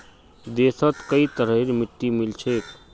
देशत कई तरहरेर मिट्टी मिल छेक